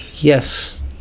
yes